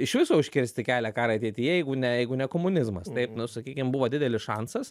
iš viso užkirsti kelią karui ateityje jeigu ne jeigu ne komunizmas taip nu sakykim buvo didelis šansas